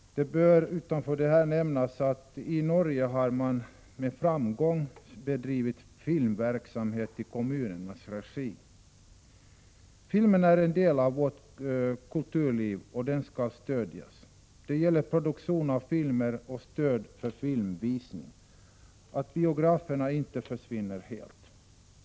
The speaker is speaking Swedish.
Det bör dessutom nämnas att man i Norge med framgång har bedrivit filmverksamhet i kommunernas regi. Filmen är en del av vårt kulturliv, och den skall stödjas. Det gäller produktion av filmer och stöd för filmvisning så att biograferna inte försvinner helt.